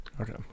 Okay